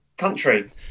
country